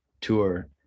tour